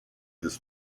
this